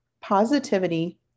positivity